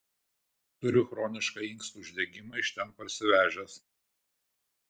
turiu chronišką inkstų uždegimą iš ten parsivežęs